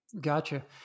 Gotcha